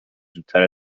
زودتر